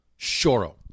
Shoro